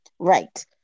Right